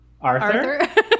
Arthur